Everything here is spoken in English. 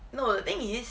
no the thing is